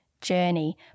journey